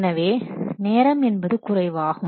எனவே நேரம் என்பது குறைவாகும்